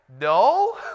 no